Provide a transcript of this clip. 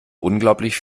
unglaublich